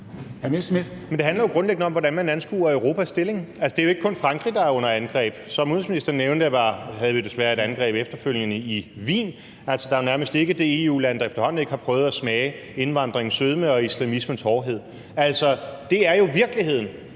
Men det handler jo grundlæggende om, hvordan man anskuer Europas stilling. Det er jo ikke kun Frankrig, der er under angreb. Som udenrigsministeren nævnte, havde vi desværre et angreb efterfølgende i Wien. Altså, der er jo nærmest ikke det EU-land, der efterhånden ikke har prøvet at smage indvandringens sødme og islamismens hårdhed. Det er jo virkeligheden.